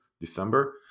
December